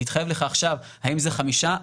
להתחייב לך עכשיו האם זה חמישה,